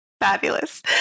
Fabulous